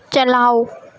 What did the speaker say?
چلاؤ